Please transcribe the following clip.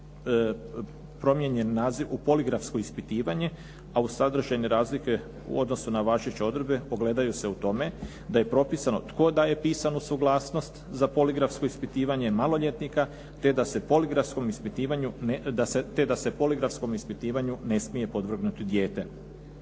uz sadržajne razlike u odnosu na važeće odredbe ogledaju se u tome da je propisano tko daje pisanu suglasnost za poligrafsko ispitivanje maloljetnika te da se poligrafskom ispitivanju ne smije podvrgnuti dijete.